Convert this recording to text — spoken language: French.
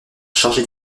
chargé